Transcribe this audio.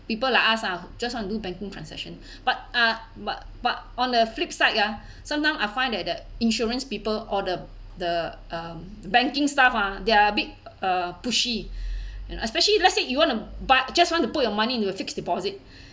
people like us ah just want to do banking transaction but uh but but on the flip side ah sometime I find that the insurance people or the the um banking staff ah they are a bit uh pushy and especially let's say you want to buy just want to put your money into a fixed deposit